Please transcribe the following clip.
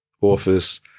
office